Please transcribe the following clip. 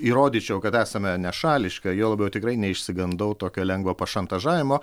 įrodyčiau kad esame nešališka juo labiau tikrai neišsigandau tokio lengvo pašantažavimo